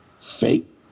fake